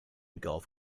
golf